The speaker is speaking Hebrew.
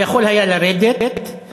הוא יכול היה לרדת ולהצביע,